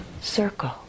circle